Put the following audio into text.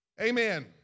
Amen